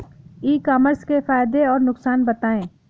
ई commerce के फायदे और नुकसान बताएँ?